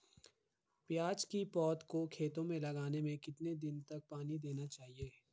प्याज़ की पौध को खेतों में लगाने में कितने दिन तक पानी देना चाहिए?